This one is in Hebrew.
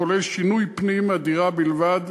כוללים שינוי פנים הדירה בלבד,